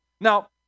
Now